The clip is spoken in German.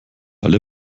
alle